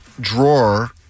drawer